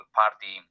party